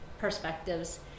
perspectives